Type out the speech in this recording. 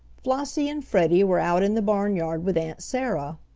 flossie and freddie were out in the barnyard with aunt sarah.